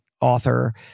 author